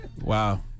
Wow